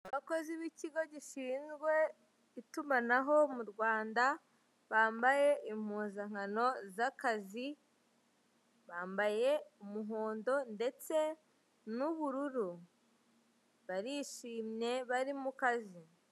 Abakozi b'ikigo gishinzwe itumanaho mu Rwanda, bambaye impuzankano z'akazi, bambaye umuhondo ndetse n'ubururu, barishimye bari mu kazi.